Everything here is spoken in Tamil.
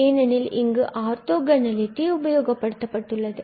ஏனெனில் இங்கு ஆர்தொகனாலிடி உபயோகப்படுத்தப்பட்டுள்ளது